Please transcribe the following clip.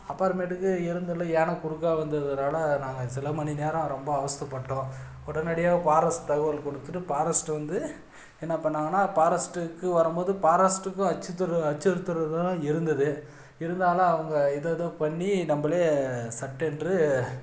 அப்புறமேட்டுக்கு இருந்துல யானை குறுக்க வந்ததுனால் நாங்க சில மணி நேரம் ரொம்ப அவஸ்தை பட்டோம் உடனடியா பாரஸ்ட் தகவல் கொடுத்துட்டு பாரஸ்ட் வந்து என்ன பண்ணாங்கனால் பாரஸ்ட்டுக்கு வரும்போது பாரஸ்ட்டுக்கும் அச்சுறுத்தல் அச்சுறுத்துறதாக இருந்தது இருந்தாலும் அவங்க எதேதோ பண்ணி நம்மளே சட்டென்று